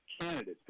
candidates